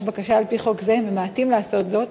בקשה על-פי חוק זה ממעטים לעשות זאת,